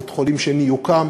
בית-חולים שני יוקם,